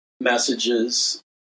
messages